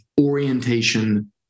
orientation